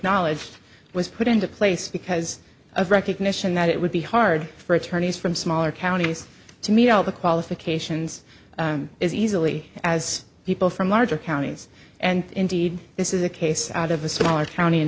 acknowledged was put into place because of recognition that it would be hard for attorneys from smaller counties to meet all the qualifications as easily as people from larger counties and indeed this is a case out of a smaller town in